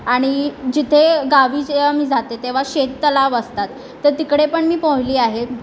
आणि जिथे गावी जेव्हा मी जाते तेव्हा शेततलाव असतात तर तिकडे पण मी पोहली आहे